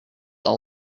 all